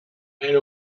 elle